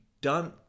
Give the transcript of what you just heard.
done